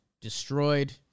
destroyed